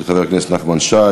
של חברי הכנסת נחמן שי,